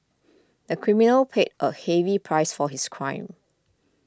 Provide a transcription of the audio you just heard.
the criminal paid a heavy price for his crime